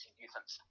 defense